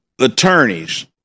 attorneys